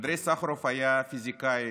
אנדריי סחרוב היה פיזיקאי